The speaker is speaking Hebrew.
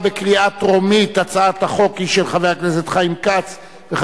התשע"א 2011, לדיון מוקדם